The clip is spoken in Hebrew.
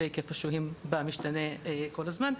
שהיקף השוהים בה משתנה כל הזמן.